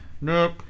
Nope